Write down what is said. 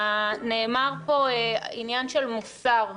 נאמר פה עניין של מוסר.